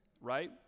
right